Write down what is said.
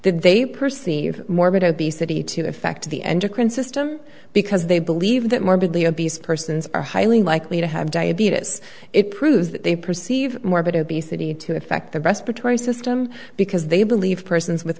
that they perceive morbid obesity to affect the endurance system because they believe that morbidly obese persons are highly likely to have diabetes it proves that they perceive morbid obesity to affect the respiratory system because they believe persons with